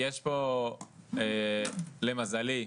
למזלי,